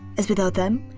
as without them,